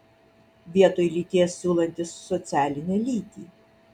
vietoj lyties siūlantis socialinę lytį